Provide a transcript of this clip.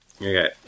Okay